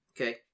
Okay